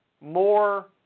more